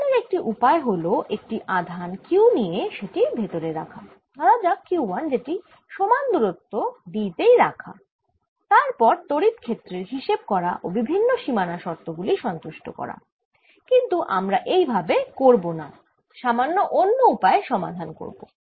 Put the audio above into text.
সমাধানের একটি উপায় হল একটি আধান q নিয়ে সেটি ভেতরে রাখা ধরা যাক q1 যেটি সমান দুরত্ব d তেই রাখা তার পর তড়িৎ ক্ষেত্রের হিসেব করা ও বিভিন্ন সীমানা শর্ত গুলি সন্তুষ্ট করা কিন্তু আমরা এই ভাবে করব না সামান্য অন্য উপায়ে সমাধান করব